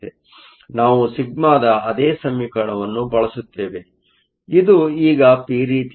ನಾವು σ ದ ಅದೇ ಸಮೀಕರಣವನ್ನು ಬಳಸುತ್ತೇವೆ ಇದು ಈಗ ಪಿ ರೀತಿಯದ್ದಾಗಿದೆ